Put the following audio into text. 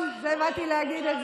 הוא רק הגיע,